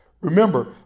Remember